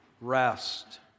rest